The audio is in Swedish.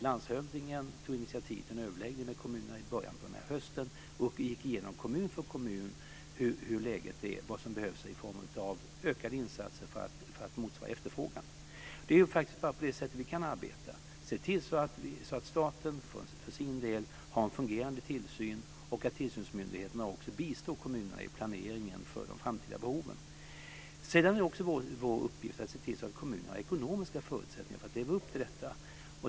Landshövdingen tog initiativ till en överläggning med kommunerna i början av hösten och gick igenom kommun för kommun hur läget var och vad som behövs i form av ökade insatser för att kommunerna ska kunna motsvara efterfrågan. Det är faktiskt bara på det sättet som vi kan arbeta. Man ska se till att staten för sin del har en fungerande tillsyn och att tillsynsmyndigheterna också bistår kommunerna i planeringen för de framtida behoven. Sedan är det också vår uppgift att se till att kommunerna har ekonomiska förutsättningar att leva upp till detta.